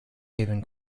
haven